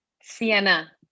Sienna